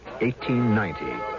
1890